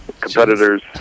Competitors